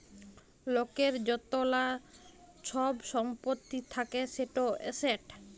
লকের য্তলা ছব ছম্পত্তি থ্যাকে সেট এসেট